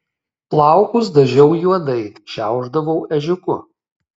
plaukus dažiau juodai šiaušdavau ežiuku